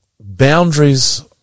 boundaries